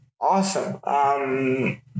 awesome